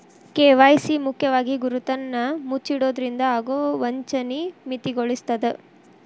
KYC ಮುಖ್ಯವಾಗಿ ಗುರುತನ್ನ ಮುಚ್ಚಿಡೊದ್ರಿಂದ ಆಗೊ ವಂಚನಿ ಮಿತಿಗೊಳಿಸ್ತದ